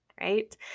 right